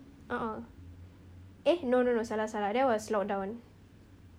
a'ah eh no no no salah salah that was lockdown